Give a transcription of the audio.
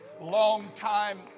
longtime